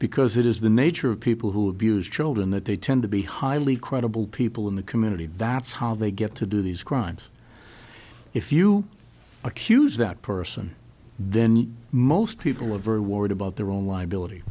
because it is the nature of people who abuse children that they tend to be highly credible people in the community that's how they get to do these crimes if you accuse that person then most people are very worried about their own liability